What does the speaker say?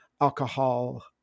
alcohol